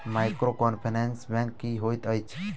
Microfinance bank की होइत अछि?